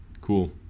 Cool